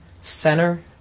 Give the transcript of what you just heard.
center